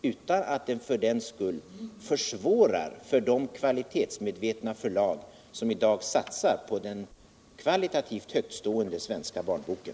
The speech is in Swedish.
utan att den försvårar för de kvalitetsmedvetna förlag, som i dag satsar på den kvalitativt högtstående svenska barnboken.